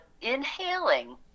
inhaling